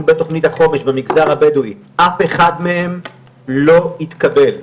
בתוכנית החומש במגזר הבדואי אף אחד מהם לא התקבל,